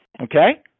Okay